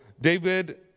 David